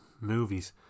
movies